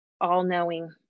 all-knowing